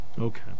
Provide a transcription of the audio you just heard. okay